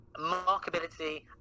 markability